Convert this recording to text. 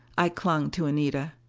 i clung to anita.